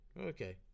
okay